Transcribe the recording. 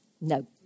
no